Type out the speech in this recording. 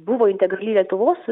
buvo integrali lietuvos